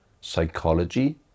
psychology